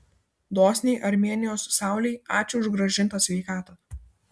dosniai armėnijos saulei ačiū už grąžintą sveikatą